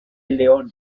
león